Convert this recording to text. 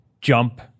jump